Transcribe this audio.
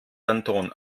anton